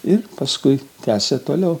ir paskui tęsė toliau